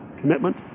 commitment